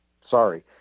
Sorry